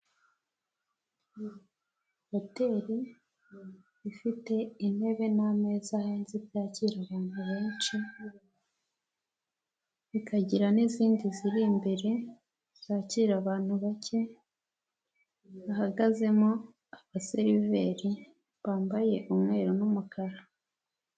Hoteri ifite intebe n'ameza hanze byakira abantu benshi. Ikagira n'izindi ziri imbere zakira abantu bake, bahagazemo abaseriveri bambaye umweru n'umukara.